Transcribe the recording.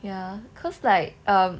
ya cause like err